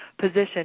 position